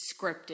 scripted